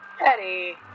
Eddie